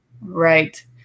Right